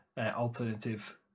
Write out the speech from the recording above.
alternative